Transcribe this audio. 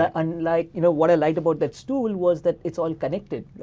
ah unlike, you know, what i like about that stool was that it's all connected.